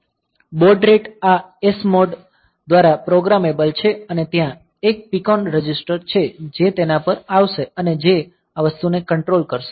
baud rate આ SMOD દ્વારા programmable છે અને ત્યાં એક PCON રજિસ્ટર છે જે તેના પર આવશે અને જે આ વસ્તુને કંટ્રોલ કરશે